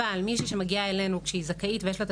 אבל כשמישהי מגיעה אלינו כשהיא זכאית ויש לה את